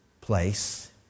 place